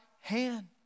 hand